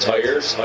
Tires